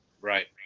Right